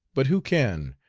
but who can,